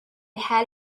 had